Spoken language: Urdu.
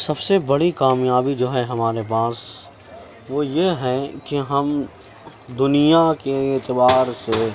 سب سے بڑی کامیابی جو ہے ہمارے پاس وہ یہ ہے کہ ہم دنیا کے اعتبار سے